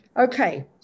Okay